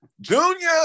junior